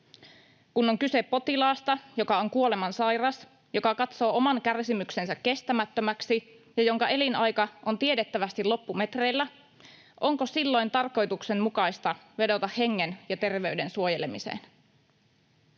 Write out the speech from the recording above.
Kun on kyse potilaasta, joka on kuolemansairas, joka katsoo oman kärsimyksensä kestämättömäksi ja jonka elinaika on tiedettävästi loppumetreillä, onko silloin tarkoituksenmukaista vedota hengen ja terveyden suojelemiseen?